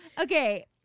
Okay